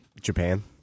japan